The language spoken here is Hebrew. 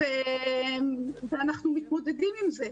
ואנחנו מתמודדים עם זה,